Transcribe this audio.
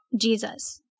Jesus